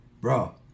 bro